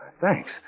Thanks